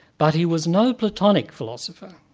but he was no platonic philosopher.